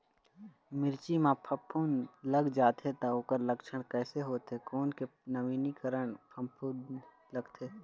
मिर्ची मा फफूंद लग जाथे ता ओकर लक्षण कैसे होथे, कोन के नवीनीकरण फफूंद लगथे?